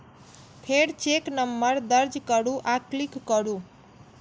फेर check number दर्ज करू आ क्लिक करू